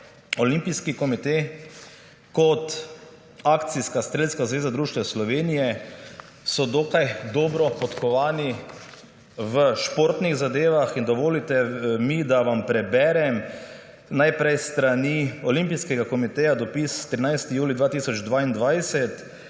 Olimpijski komite kot Akcijska Strelska zveza društva Slovenije so dokaj dobro podkovani v športnih zadevah in dovolite mi, da vam preberem najprej s strani Olimpijskega komiteja dopis 13. julij 2022